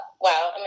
Wow